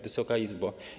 Wysoka Izbo!